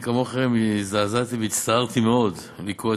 שככה התנהגו אליה ולא שילמו לה את תגמולי הביטוח.